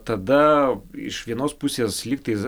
tada iš vienos pusės lygtais